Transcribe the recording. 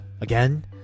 again